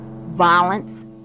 violence